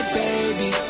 baby